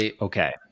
Okay